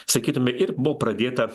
sakytume ir buvo pradėta